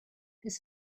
this